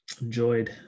enjoyed